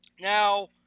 Now